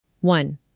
One